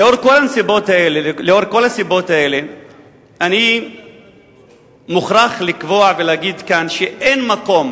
לאור כל הסיבות האלה אני מוכרח לקבוע ולהגיד כאן שאין מקום,